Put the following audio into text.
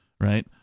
right